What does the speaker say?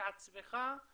את עצמך,